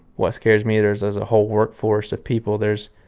what scares me there's a whole workforce of people there's,